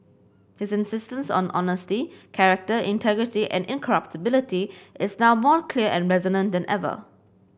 his insistence on honesty character integrity and incorruptibility is now more clear and resonant than ever